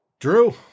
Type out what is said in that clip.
Drew